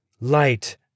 Light